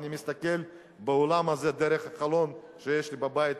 אני מסתכל בעולם הזה דרך החלון שיש לי בבית,